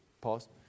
pause